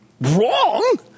Wrong